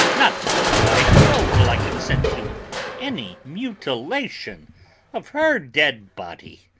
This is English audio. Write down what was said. not for the wide world will i consent to any mutilation of her dead body.